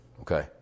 Okay